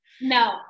No